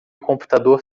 computador